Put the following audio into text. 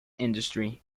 industry